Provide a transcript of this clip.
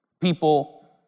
people